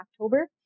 October